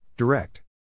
Direct